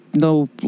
no